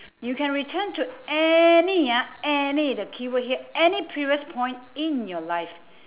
you can return to any ah any the keyword here any previous point in your life